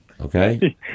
Okay